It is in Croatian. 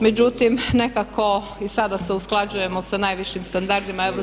Međutim nekako, i sada se usklađujemo sa najvišim standardima EU,